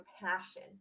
passion